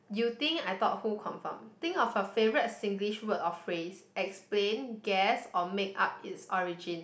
you think I thought who confirm think of a favorite Singlish word or phrase explain guess or makeup it's origin